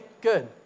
good